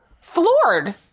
floored